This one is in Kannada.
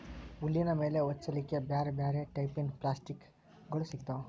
ಹುಲ್ಲಿನ ಮೇಲೆ ಹೊಚ್ಚಲಿಕ್ಕೆ ಬ್ಯಾರ್ ಬ್ಯಾರೆ ಟೈಪಿನ ಪಪ್ಲಾಸ್ಟಿಕ್ ಗೋಳು ಸಿಗ್ತಾವ